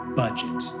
budget